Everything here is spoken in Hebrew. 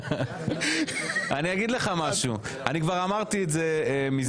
אני כבר אמרתי את זה מזמן,